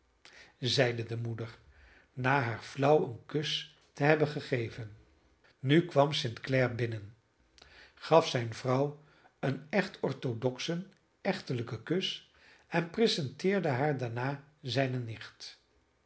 zeide de moeder na haar flauw een kus te hebben gegeven nu kwam st clare binnen gaf zijn vrouw een echt orthodoxen echtelijken kus en presenteerde haar daarna zijne nicht